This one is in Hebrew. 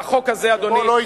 והחוק הזה ייכנס,